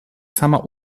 sama